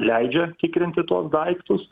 leidžia tikrinti tuos daiktus